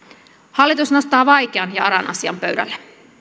hallitus nostaa vaikean ja aran asian pöydälle